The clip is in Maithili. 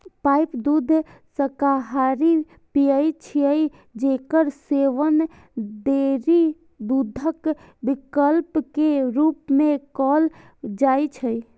पाइप दूध शाकाहारी पेय छियै, जेकर सेवन डेयरी दूधक विकल्प के रूप मे कैल जाइ छै